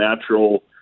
natural